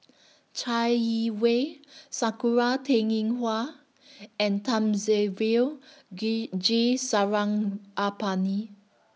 Chai Yee Wei Sakura Teng Ying Hua and Thamizhavel G Sarangapani